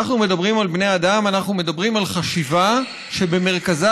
אנחנו מדברים על בני אדם,